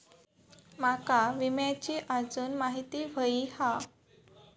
माका विम्याची आजून माहिती व्हयी हा?